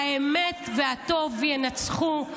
האמת והטוב ינצחו.